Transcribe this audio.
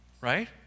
right